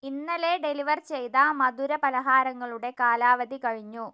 ഇന്നലെ ഡെലിവർ ചെയ്ത മധുര പലഹാരങ്ങളുടെ കാലാവധി കഴിഞ്ഞു